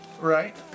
right